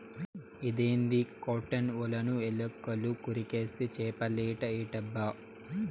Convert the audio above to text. ఇదేంది కాటన్ ఒలను ఎలుకలు కొరికేస్తే చేపలేట ఎట్టబ్బా